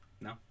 No